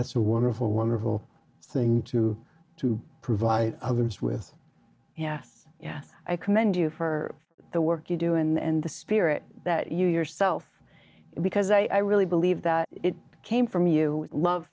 that's a wonderful wonderful thing to to provide others with yeah i commend you for the work you do and the spirit that you yourself because i really believe that it came from you love